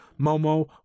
Momo